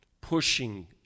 Pushing